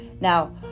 Now